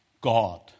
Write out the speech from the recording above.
God